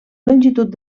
longitud